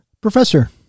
Professor